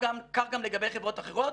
כך גם לגבי חברות אחרות.